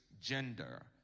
gender